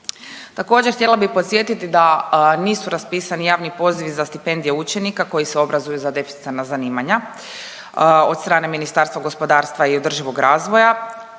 Također htjela bih podsjetiti da nisu raspisani javni pozivi za stipendije učenika koji se obrazuju za deficitarna zanimanja od strane Ministarstva gospodarstva i održivog razvoja